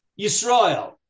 Yisrael